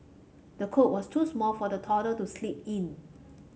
the cot was too small for the toddler to sleep in